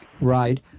Right